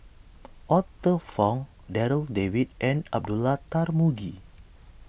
Arthur Fong Darryl David and Abdullah Tarmugi